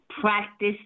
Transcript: practice